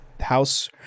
house